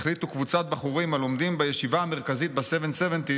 החליטו קבוצת בחורים הלומדים בישיבה המרכזית ב-Seven-Seventy